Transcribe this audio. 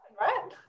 right